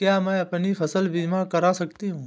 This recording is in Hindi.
क्या मैं अपनी फसल बीमा करा सकती हूँ?